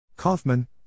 Kaufman